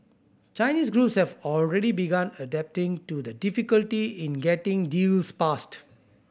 Chinese groups have already begun adapting to the difficulty in getting deals passed